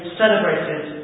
celebrated